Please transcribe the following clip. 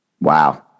Wow